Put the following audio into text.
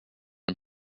and